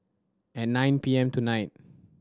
at nine P M tonight